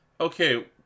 Okay